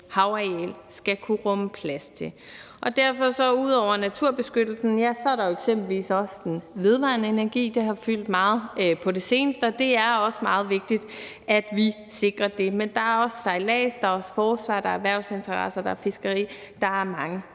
havareal skal kunne rumme plads til. Derfor er der ud over naturbeskyttelsen jo eksempelvis også den vedvarende energi. Det har fyldt meget på det seneste, og det er meget vigtigt, at vi sikrer det. Men der er også sejlads, der er forsvar, der er erhvervsinteresser, der er fiskeri; der er mange